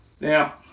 Now